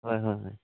হয় হয় হয়